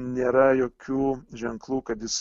nėra jokių ženklų kad jis